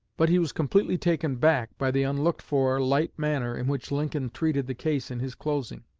but he was completely taken back by the unlooked-for light manner in which lincoln treated the case in his closing.